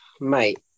Mate